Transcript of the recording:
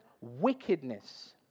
wickedness